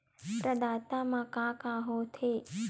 प्रदाता मा का का हो थे?